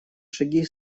шаги